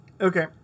okay